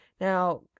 Now